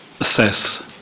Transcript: assess